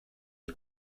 mit